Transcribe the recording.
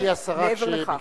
אבל מעבר לכך,